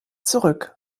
zurück